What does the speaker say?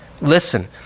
Listen